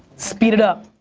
speed it up.